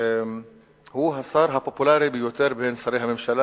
הוא השר הפופולרי ביותר בין שרי הממשלה,